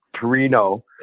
Torino